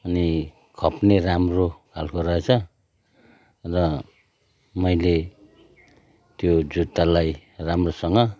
अनि खप्ने राम्रो खालको रहेछ र मैले त्यो जुत्तालाई राम्रोसँग